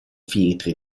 filtri